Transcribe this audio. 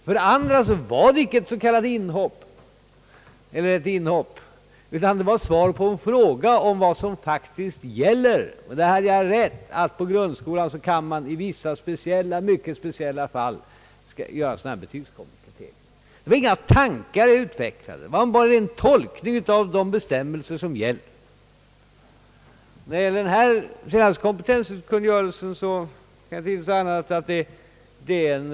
För det andra var det icke ett inhopp, utan ett svar på en fråga om vad som faktiskt gäller. Därvid hade jag rätt, nämligen att man på grundskolan i vissa mycket speciella fall kan göra sådan betygskompettering. Det var inga tankar jag utvecklade, det var en ren tolkning av de bestämmelser som gäller. Jag kan inte finna annat än att de nuvarande bestämmelserna i kompetenskungörelsen är bra.